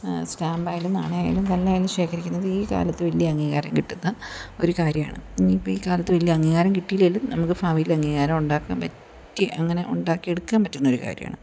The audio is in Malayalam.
സ്റ്റാമ്പ് ആയാലും നാണയം ആയാലും കല്ല് ആയാലും ശേഖരിക്കുന്നത് ഈ കാലത്ത് വലിയ അംഗീകാരം കിട്ടുന്ന ഒരു കാര്യമാണ് ഇനി ഇപ്പം ഈ കാലത്ത് വലിയ അംഗീകാരം കിട്ടിയില്ലെങ്കിലും നമുക്ക് ഭാവിയിൽ അംഗീകാരം ഉണ്ടാക്കാൻ പറ്റിയ അങ്ങനെ ഉണ്ടാക്കിയെടുക്കാൻ പറ്റുന്ന ഒരു കാര്യമാണ്